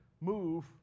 move